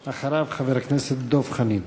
אחריו, חבר הכנסת דב חנין.